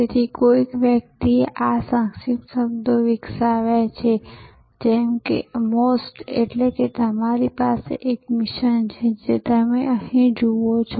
તેથી કોઈક વ્યક્તિએ આ સંક્ષિપ્ત શબ્દો વિકસાવ્યા છે જેમ કે MOST એટલે કે તમારી પાસે એક મિશન છે જે તમે અહીં જુઓ છો